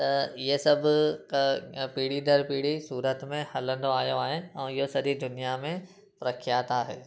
त इहे सभु क पीढ़ी दर पीढ़ी सूरत में हलंदो आयो आहे ऐं इहो सॼी दुनियां में प्रख्यात आहे